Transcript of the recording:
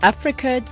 Africa